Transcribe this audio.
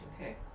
Okay